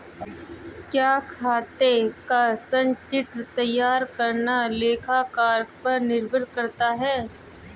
क्या खाते का संचित्र तैयार करना लेखाकार पर निर्भर करता है?